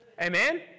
Amen